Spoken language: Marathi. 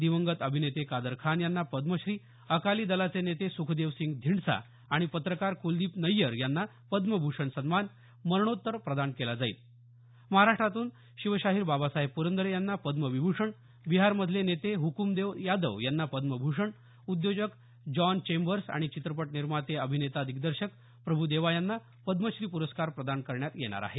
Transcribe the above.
दिवंगत अभिनेते कादर खान यांना पद्मश्री अकाली दलाचे नेते सुखदेव सिंग धिंडसा आणि पत्रकार कुलदीप नय्यर यांना पद्मभूषण सन्मान मरणोत्तर प्रदान केला जाईल महाराष्ट्रातून शिवशाहीर बाबासाहेब पुरंदरे यांना पद्मविभूषण बिहारमधले नेते हकूमदेव यादव यांना पद्मभूषण उद्योजक जॉन चेंबर्स आणि चित्रपट निर्माते अभिनेता दिग्दर्शक प्रभू देवा यांना पद्मश्री प्रस्कार प्रदान करण्यात येणार आहे